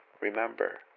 remember